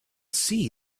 see